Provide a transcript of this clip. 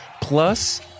plus